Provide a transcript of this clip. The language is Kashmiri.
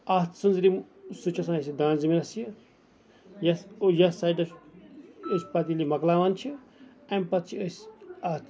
اَتھ سۭتۍ یِم سُہ چھُ آسان اَسہِ دانہِ زٔمیٖنَس سۭتۍ یَتھ اَو یَتھ سایَڈس یُس پَتہٕ ییٚلہِ مۄکلاوان چھِ اَمہِ پَتہٕ چھِ أسۍ اَتھ